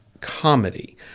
comedy